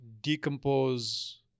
decompose